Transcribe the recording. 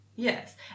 Yes